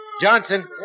Johnson